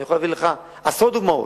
אני יכול להביא לך עשרות דוגמאות,